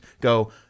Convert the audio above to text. go